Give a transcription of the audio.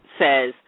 says